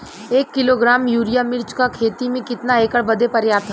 एक kilogram urea मिर्च क खेती में कितना एकड़ बदे पर्याप्त ह?